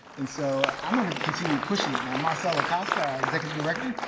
and so, i'm going to continue pushing it. now, marcel acosta, our executive director,